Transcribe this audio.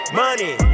money